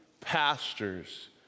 pastors